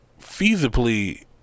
feasibly